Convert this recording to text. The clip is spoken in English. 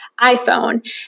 iPhone